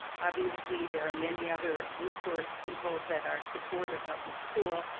obviously, there are many other resource people that are supportive of the school,